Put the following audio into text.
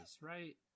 right